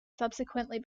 subsequently